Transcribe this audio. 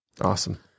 Awesome